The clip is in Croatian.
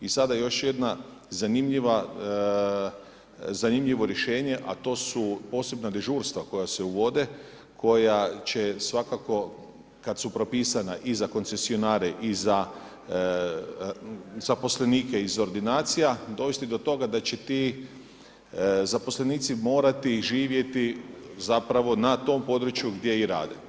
I sada još jedno zanimljivo rješenje, a to su posebna dežurstva koja se uvode, koja će, svakako, kada su propisana i za koncesionare i za zaposlenike iz ordinacija, dovesti do toga da će ti zaposlenici morati živjeti, zapravo, na tom području gdje i rade.